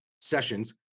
sessions